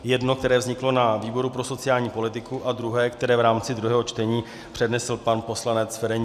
Jedno, které vzniklo na výboru pro sociální politiku, a druhé, které v rámci druhého čtení přednesl pan poslanec Ferjenčík.